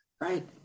Right